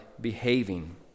behaving